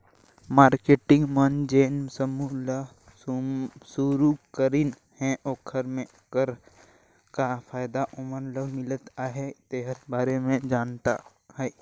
marketing मन जेन समूह ल सुरूकरीन हे ओखर मे कर का फायदा ओमन ल मिलत अहे तेखर बारे मे जानना हे